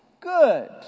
good